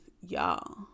y'all